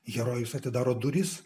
herojus atidaro duris